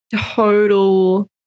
total